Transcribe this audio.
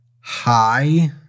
Hi